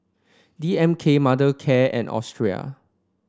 D M K Mothercare and Australis